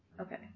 Okay